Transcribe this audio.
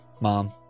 Mom